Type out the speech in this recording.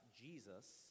Jesus